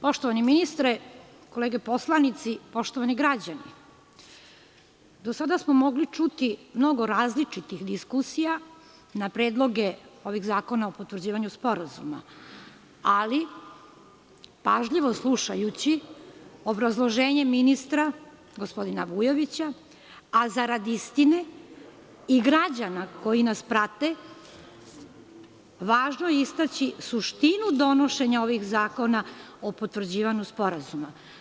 Poštovani ministre, kolege poslanici, poštovani građani, do sada smo mogli čuti mnogo različitih diskusija na predloge ovih zakona o potvrđivanju sporazuma, ali pažljivo slušajući obrazloženje ministra gospodina Vujovića, a zarad istine i građana koji nas prate, važno je istaći suštinu donošenja ovih zakona o potvrđivanju sporazuma.